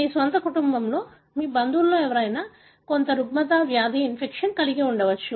మీ స్వంత కుటుంబంలో మీ బంధువులలో ఎవరికైనా కొంత రుగ్మత వ్యాధి ఇన్ఫెక్షన్ ఉండవచ్చు